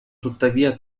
tuttavia